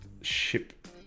ship